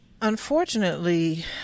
Unfortunately